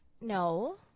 No